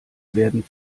werden